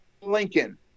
Lincoln